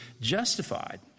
justified